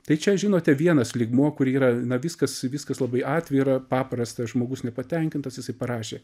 tai čia žinote vienas lygmuo kur yra na viskas viskas labai atvira paprastas žmogus nepatenkintas jisai parašė